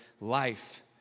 Life